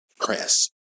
press